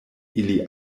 ili